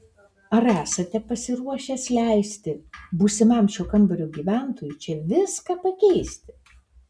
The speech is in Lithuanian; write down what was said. ar esate pasiruošęs leisti būsimam šio kambario gyventojui čia viską pakeisti